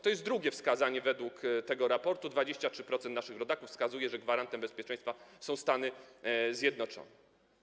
To jest drugie wskazanie według tego raportu, 23% naszych rodaków wskazuje, że gwarantem bezpieczeństwa są Stany Zjednoczone.